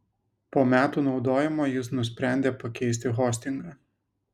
po metų naudojimo jis nusprendė pakeisti hostingą